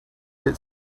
hit